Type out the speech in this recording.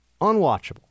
Unwatchable